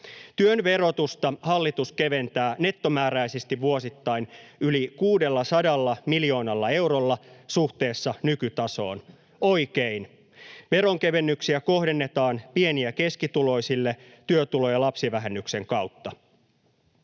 Työn verotusta hallitus keventää nettomääräisesti vuosittain yli 600 miljoonalla eurolla suhteessa nykytasoon — oikein. Veronkevennyksiä kohdennetaan pieni- ja keskituloisille työtulo- ja lapsivähennyksen kautta.